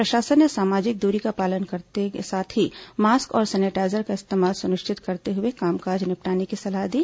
प्रशासन ने सामाजिक दूरी का पालन करने के साथ ही मास्क और सैनिटाईजर का इस्तेमाल सुनिश्चित करते हुए कामकाज निपटाने की सलाह दी